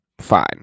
Fine